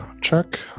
check